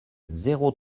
zéro